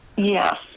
Yes